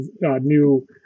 new